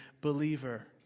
believer